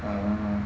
(uh huh)